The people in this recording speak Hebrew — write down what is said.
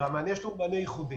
והמענה שלנו הוא מענה ייחודי.